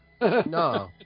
No